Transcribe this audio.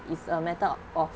it's a matter of of